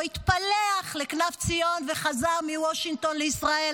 התפלח לכנף ציון וחזר מוושינגטון לישראל,